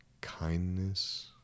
kindness